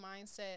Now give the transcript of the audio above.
mindset